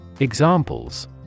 Examples